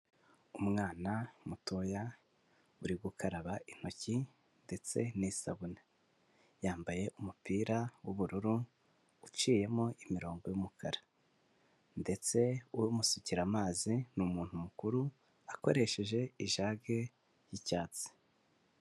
Umwana mutoya, uri gukaraba intoki ndetse n'isabune. Yambaye umupira w'ubururu, uciyemo imirongo y'umukara. Ndetse umusukira amazi, ni umuntu mukuru akoresheje ijage y'icyatsi.